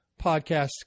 podcast